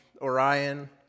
Orion